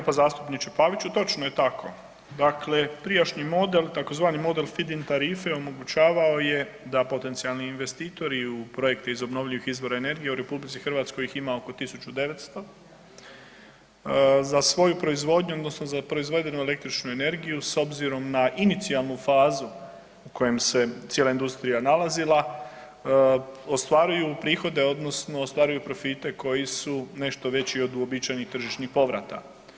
Hvala lijepo zastupniče Paviću, točno je tako, dakle prijašnji model tzv. feed-in tarife omogućavao je da potencijalni investitori u projekte iz obnovljivih izvora energije, u RH ih ima oko 1.900 za svoju proizvodnju odnosno za proizvedenu električnu energiju s obzirom na inicijalnu fazu u kojem se cijela industrija nalazila ostvaruju prihode odnosno ostvaruju profite koji su nešto veći od uobičajenih tržišnih povrata.